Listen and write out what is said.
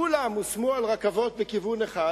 כולם הושמו על רכבות בכיוון אחד,